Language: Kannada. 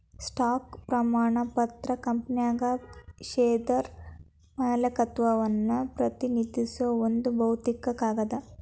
ಸ್ಟಾಕ್ ಪ್ರಮಾಣ ಪತ್ರ ಕಂಪನ್ಯಾಗ ಷೇರ್ದಾರ ಮಾಲೇಕತ್ವವನ್ನ ಪ್ರತಿನಿಧಿಸೋ ಒಂದ್ ಭೌತಿಕ ಕಾಗದ